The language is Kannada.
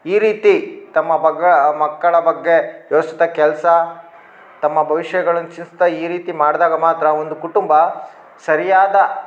ಈ ರೀತಿ ತಮ್ಮ ಬಗ್ಗೆ ಮಕ್ಕಳ ಬಗ್ಗೆ ಎಷ್ಟು ಕೆಲಸ ತಮ್ಮ ಭವಿಷ್ಯಗಳನ್ನು ಚಿನ್ಸ್ತಾ ಈ ರೀತಿ ಮಾಡ್ದಾಗ ಮಾತ್ರ ಒಂದು ಕುಟುಂಬ ಸರಿಯಾದ